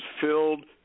filled